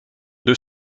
deux